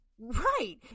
Right